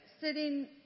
sitting